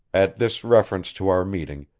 at this reference to our meeting,